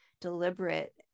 deliberate